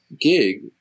gig